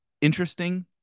interesting